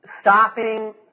Stopping